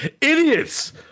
idiots